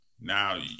Now